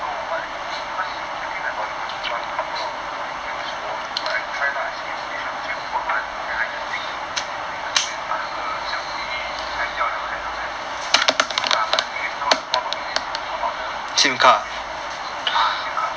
no what cause I think I got a couple of a used phone so I try lah see which [one] can work [one] that I just take it then I go and 把那个相机裁掉了 then use ah but the thing is no my problem is about the the internet ah sim card